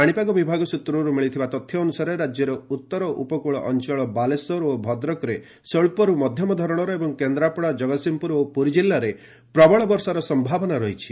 ପାଣିପାଗ ବିଭାଗ ସୂତ୍ରରୁ ମିଳିଥିବା ତଥ୍ୟ ଅନୁସାରେ ରାଜ୍ୟର ଉତ୍ତର ଉପକୃଳ ଅଞ୍ଚଳ ବାଲେଶ୍ୱର ଓ ଭଦ୍ରକରେ ସ୍ୱଚ୍ଚରୁ ମଧ୍ୟମ ଧରଣର ଏବଂ କେନ୍ଦ୍ରାପଡ଼ା ଜଗତସିଂହପୁର ଓ ପୁରୀ ଜିଲ୍ଲାରେ ପ୍ରବଳ ବର୍ଷାର ସମ୍ଭାବନା ରହିଛି